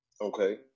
Okay